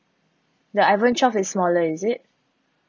the iphone twelve is smaller is it